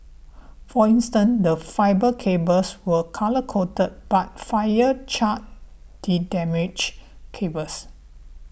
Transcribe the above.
for instance the fibre cables were colour coded but the fire charred the damaged cables